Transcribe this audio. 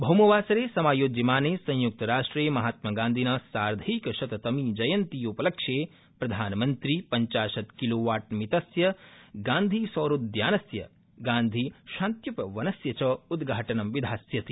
भौमवासरे समायोज्यमाने संयुक्तराष्ट्रे महात्मगांधिन साद्वैंकशततमी जयन्ती उपलक्ष्ये प्रधानमन्त्री पञ्चाशत् किलोवाट मितस्य गांधीसौरोद्यानस्य गांधिशान्त्युपवनस्य च उद्घाटनं विधास्यति